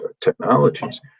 technologies